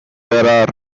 there